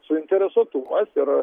suinteresuotumas ir